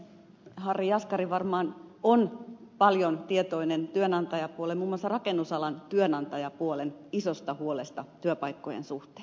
harri jaskari on varmaan hyvin tietoinen työnantajapuolen muun muassa rakennusalan työnantajapuolen isosta huolesta työpaikkojen suhteen